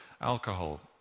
alcohol